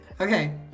Okay